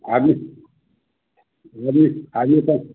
आदमी आदमी आदमी सब